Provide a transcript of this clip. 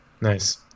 Nice